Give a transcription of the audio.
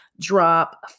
drop